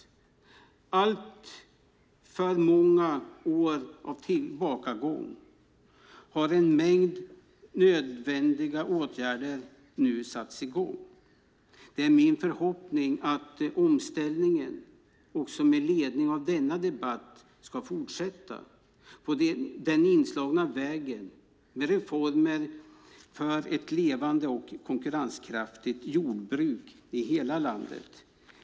Efter alltför många år av tillbakagång har en mängd nödvändiga åtgärder nu satts i gång. Det är min förhoppning att omställningen också med ledning av denna debatt ska fortsätta på den inslagna vägen med reformer för ett levande och konkurrenskraftigt jordbruk i hela landet.